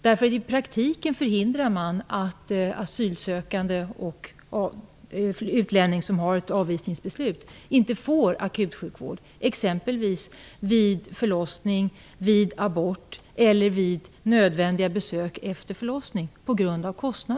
I praktiken förhindrar man på grund av kostnaden att asylsökande och utlänningar med avvisningsbeslut får akutsjukvård, exempelvis vid förlossning, vid abort eller vid nödvändiga besök efter förlossning.